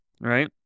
right